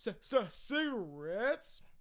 cigarettes